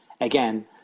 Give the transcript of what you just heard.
Again